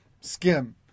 skim